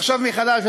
לחשוב מחדש,